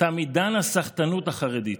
תם עידן "הסחטנות החרדית".